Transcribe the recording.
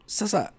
sasa